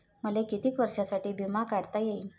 मले कितीक वर्षासाठी बिमा काढता येईन?